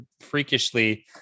freakishly